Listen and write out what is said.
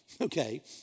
okay